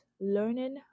learning